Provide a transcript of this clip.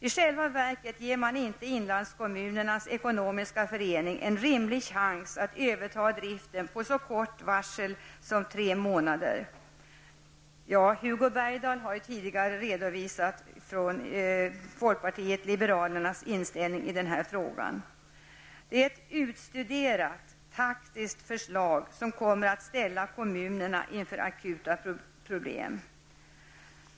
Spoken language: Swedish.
I själva verket ger man inte Inlandskommunerna Ekonomisk Förening en rimlig chans att överta driften på så kort varsel som tre månader. Hugo Bergdahl har ju tidigare redovisat folkpartiet liberalernas inställning i den här frågan. Det är ett utstuderat taktiskt förslag, som kommer att ställa kommunerna inför akuta problem.